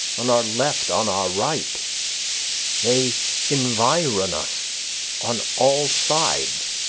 on our left, on our right they environ us on all sides.